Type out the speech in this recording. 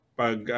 pag